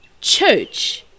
church